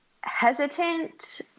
hesitant